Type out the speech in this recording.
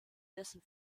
dessen